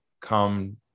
come